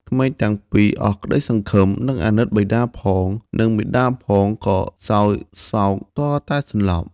ក្មេងទាំងពីរអស់ក្តីសង្ឃឹម និងអាណិតបិតាផង និងមាតាផងក៏សោយសោកទាល់តែសន្លប់។